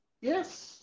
Yes